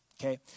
Okay